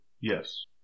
Yes